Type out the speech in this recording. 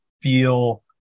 feel